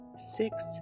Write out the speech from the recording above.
six